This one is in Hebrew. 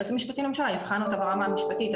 היועץ המשפטי לממשלה יבחן אותה ברמה המשפטית,